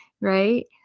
right